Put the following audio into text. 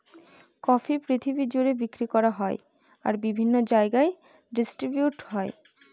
coffee পৃথিবী জুড়ে বিক্রি করা হয় আর বিভিন্ন জায়গায় ডিস্ট্রিবিউট হয়